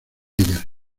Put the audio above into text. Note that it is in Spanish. ellas